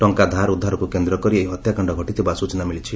ଟଙ୍କା ଧାର ଉଧାରକୁ କେନ୍ଦ୍ କରି ଏହି ହତ୍ୟାକାଣ୍ଡ ଘଟିଥିବା ସ୍ଚନା ମିଳିଛି